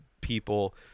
people